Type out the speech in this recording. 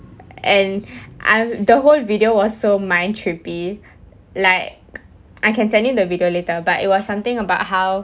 and I'm the whole video was so mind trippy like I can send you the video later but it was something about how